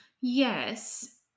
yes